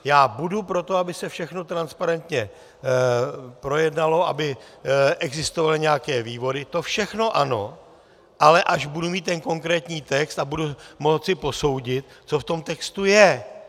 Já budu pro to, aby se všechno transparentně projednalo, aby existovaly nějaké vývody, to všechno ano, ale až budu mít ten konkrétní text a budu moci posoudit, co v tom textu je.